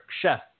chef